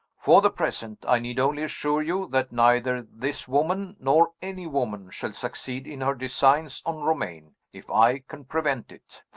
for the present, i need only assure you that neither this woman nor any woman shall succeed in her designs on romayne, if i can prevent it.